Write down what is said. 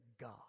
God